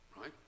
right